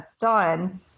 done